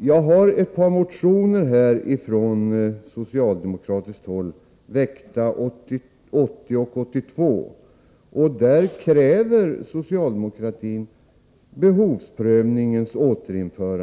Jag har här ett par motioner som socialdemokraterna väckte 1980 och 1982 där man kräver att behovsprövningen skall återinföras.